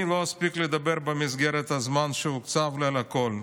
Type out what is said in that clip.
אני לא אספיק לדבר במסגרת הזמן שהוקצב לי על הכול,